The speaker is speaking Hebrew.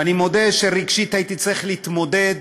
ואני מודה שרגשית הייתי צריך להתמודד